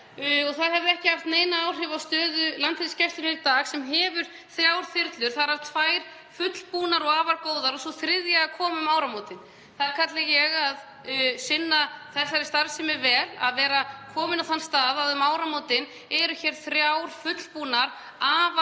Það hefur ekki haft nein áhrif á stöðu Landhelgisgæslunnar í dag. Hún hefur þrjár þyrlur, þar af tvær fullbúnar og afar góðar og sú þriðja að koma um áramótin. Það kalla ég að sinna þessari starfsemi vel, að vera komin á þann stað um áramótin að hafa hér þrjár fullbúnar, afar góðar